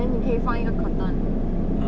then 你可以放一个 curtain